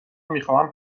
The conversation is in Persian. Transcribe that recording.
میخواهم